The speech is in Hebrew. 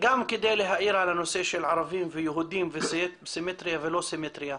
גם כדי להעיר על הנושא של ערבים ויהודים וסימטריה ולא סימטריה: